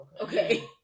Okay